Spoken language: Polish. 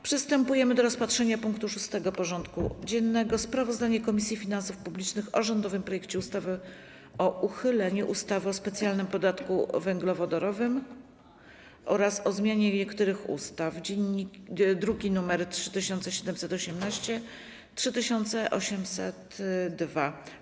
Przystępujemy do rozpatrzenia punktu 6. porządku dziennego: Sprawozdanie Komisji Finansów Publicznych o rządowym projekcie ustawy o uchyleniu ustawy o specjalnym podatku węglowodorowym oraz o zmianie niektórych innych ustaw (druki nr 3718 i 3802)